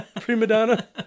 Primadonna